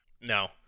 No